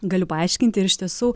galiu paaiškinti ir iš tiesų